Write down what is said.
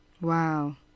Wow